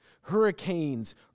hurricanes